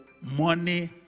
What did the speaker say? money